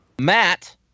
Matt